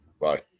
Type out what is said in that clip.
Bye